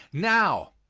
now,